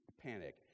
panic